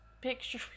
Picture